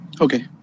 Okay